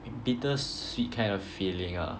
bittersweet kind of feeling ah